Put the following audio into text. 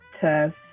test